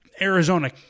Arizona